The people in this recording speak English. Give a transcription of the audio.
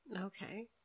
Okay